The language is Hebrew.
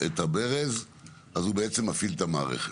הברז אז הוא בעצם מפעיל את המערכת.